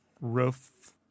roof